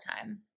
time